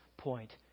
point